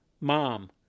mom